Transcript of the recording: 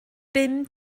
bum